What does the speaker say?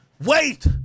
Wait